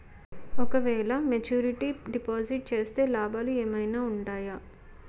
ఓ క వేల maturity deposit చేస్తే లాభాలు ఏమైనా ఉంటాయా?